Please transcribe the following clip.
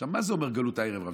עכשיו, מה זה אומר גלות הערב רב?